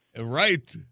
Right